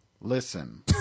Listen